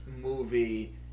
movie